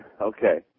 Okay